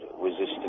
resistance